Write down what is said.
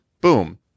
boom